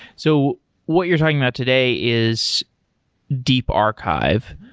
so what you're talking about today is deep archive.